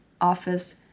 office